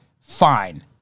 fine